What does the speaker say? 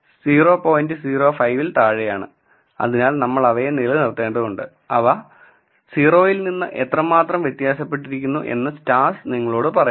05 ൽ താഴെയാണ് അതിനാൽ നമ്മൾ അവയെ നിലനിർത്തേണ്ടതുണ്ട് അവ 0 യിൽ നിന്ന് എത്രമാത്രം വ്യത്യാസപ്പെട്ടിരിക്കുന്നു എന്ന് stars നിങ്ങളോട് പറയുന്നു